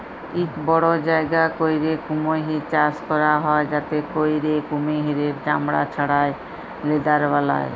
ইক বড় জায়গা ক্যইরে কুমহির চাষ ক্যরা হ্যয় যাতে ক্যইরে কুমহিরের চামড়া ছাড়াঁয় লেদার বালায়